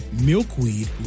milkweed